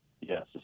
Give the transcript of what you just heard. Yes